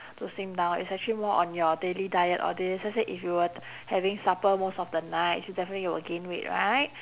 to slim down it's actually more on your daily diet all these let's say if you were t~ having supper most of the nights you definitely will gain weight right